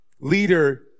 leader